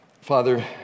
Father